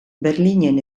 berlinen